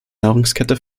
nahrungskette